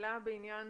לעניין